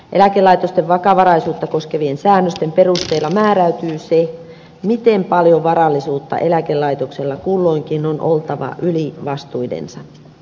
eläkelaitosten vakavaraisuutta koskevien säännösten perusteella määräytyy se miten paljon varallisuutta eläkelaitoksella kulloinkin on oltava yli vastuidensa